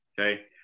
okay